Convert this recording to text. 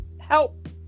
help